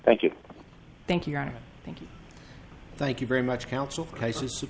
thank you thank you thank you thank you very much counsel cases